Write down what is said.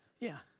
yeah.